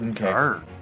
Okay